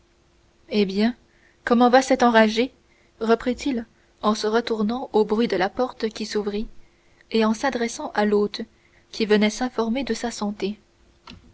eh bien comment va cet enragé reprit-il en se retournant au bruit de la porte qui s'ouvrit et en s'adressant à l'hôte qui venait s'informer de sa santé